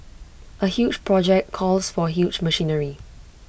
A huge project calls for huge machinery